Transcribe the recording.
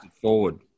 forward